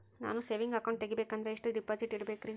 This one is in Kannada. ನಾನು ಸೇವಿಂಗ್ ಅಕೌಂಟ್ ತೆಗಿಬೇಕಂದರ ಎಷ್ಟು ಡಿಪಾಸಿಟ್ ಇಡಬೇಕ್ರಿ?